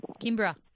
Kimbra